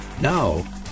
Now